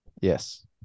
Yes